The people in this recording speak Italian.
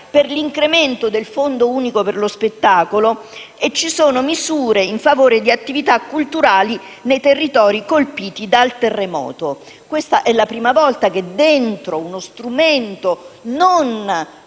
per l'incremento del Fondo unico per lo spettacolo e misure in favore di attività culturali nei territori colpiti dal terremoto. Questa è la prima volta che in uno strumento non